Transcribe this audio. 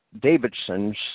davidson's